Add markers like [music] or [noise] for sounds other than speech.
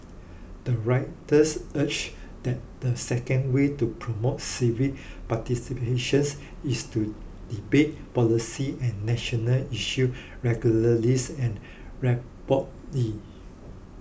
the writers urge that the second way to promote civic participation [unintelligible] is to debate policy and national issues regularly [unintelligible] and [unintelligible]